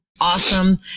Awesome